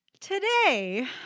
today